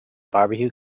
barbecue